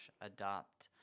adopt